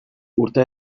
urte